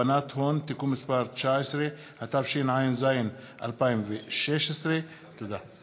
הלבנת הון (תיקון מס' 19), התשע"ז 2016. תודה.